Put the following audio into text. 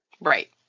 Right